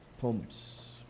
pumps